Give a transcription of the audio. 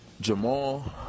Jamal